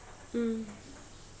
mm